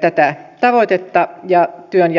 tätä tavoitetta ja työnjaon uudistamista